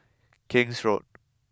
King's Road